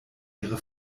ihre